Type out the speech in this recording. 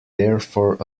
therefore